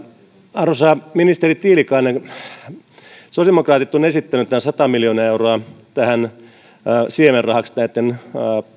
arvoisa ministeri tiilikainen sosiaalidemokraatit ovat esittäneet sata miljoonaa euroa siemenrahaksi näitten